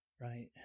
Right